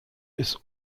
ist